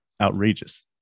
outrageous